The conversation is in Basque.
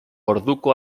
orduko